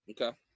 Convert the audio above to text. Okay